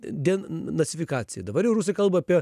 denacifikacija dabar jau rusai kalba apie